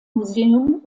museum